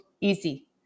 easy